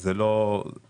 אנחנו כמובן לא מאושרים,